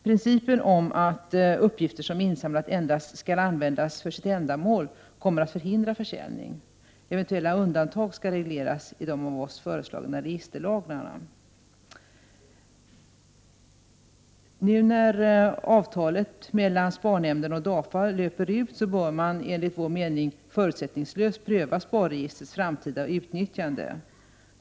Principen om att uppgifter som insamlats endast skall användas för sitt ändamål kommer att förhindra försäljning. Eventuella undantag skall regleras i de av oss föreslagna registerlagarna. Nu när avtalet mellan SPAR-nämnden och DAFA löper ut bör man enligt vår mening förutsättningslöst pröva SPAR-registrets framtida utnyttjande.